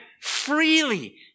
freely